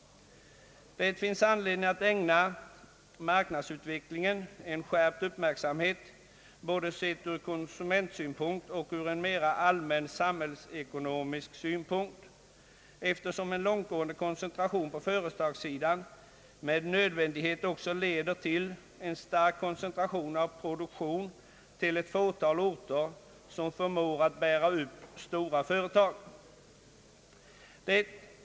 Det finns anledning att ägna marknadsutvecklingen en skärpt uppmärksamhet, både ur konsumentsynpunkt och ur en mera allmän samhällsekonomisk synpunkt, eftersom en långtgående koncentration på företagssidan med nödvändighet också leder till en stark koncentration av produktion till ett fåtal orter som förmår bära upp stora företag.